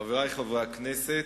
תודה, חברי חברי הכנסת,